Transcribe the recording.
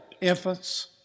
infants